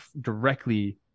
directly